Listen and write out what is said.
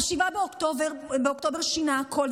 7 באוקטובר שינה הכול,